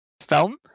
film